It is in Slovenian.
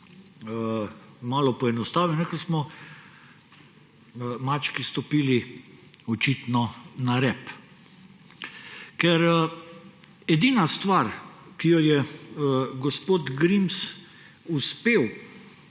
malo poenostavim, smo mački stopili očitno na rep. Ker edina stvar, ki je gospod Grims ni uspel